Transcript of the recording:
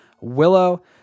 Willow